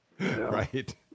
right